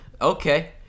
okay